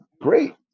great